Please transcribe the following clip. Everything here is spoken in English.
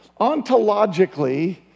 Ontologically